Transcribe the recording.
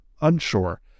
Unsure